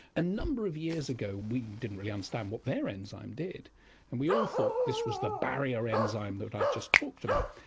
a number of years ago we didn't really understand what their enzyme did and we all thought this was the barrier enzyme that i've just talked about.